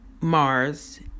Mars